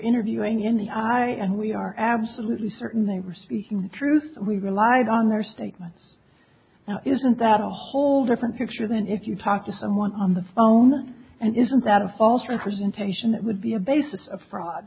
interviewing in the eye and we are absolutely certain they were speaking the truth and we relied on their statements now isn't that a whole different picture than if you talk to someone on the phone and isn't that a false representation that would be a basis of a fraud